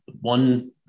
one